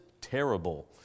terrible